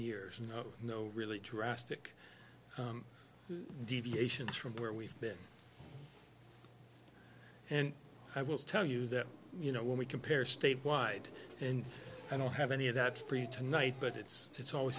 years and no really drastic deviations from where we've been and i will tell you that you know when we compare statewide and i don't have any of that for you tonight but it's it's always